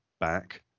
back